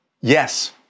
Yes